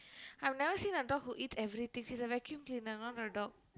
I've never seen a dog who eats everything she's a vacuum cleaner not a dog